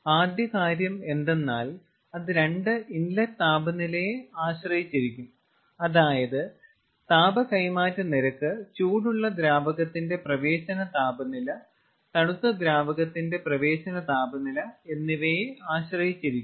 ആദ്യ കാര്യം എന്താണെന്നാൽ അത് 2 ഇൻലെറ്റ് താപനിലയെ ആശ്രയിച്ചിരിക്കും അതായത് താപ കൈമാറ്റ നിരക്ക് ചൂടുള്ള ദ്രാവകത്തിന്റെ പ്രവേശന താപനില തണുത്ത ദ്രാവകത്തിന്റെ പ്രവേശന താപനില എന്നിവയെ ആശ്രയിച്ചിരിക്കും